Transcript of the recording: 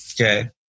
Okay